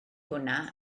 hwnna